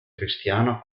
cristiana